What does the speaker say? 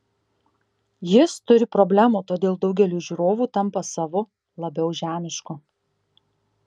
jis turi problemų todėl daugeliui žiūrovų tampa savu labiau žemišku